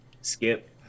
Skip